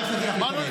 לא הרשיתי לך להיכנס.